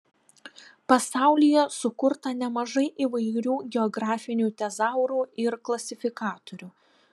pasaulyje sukurta nemažai įvairių geografinių tezaurų ir klasifikatorių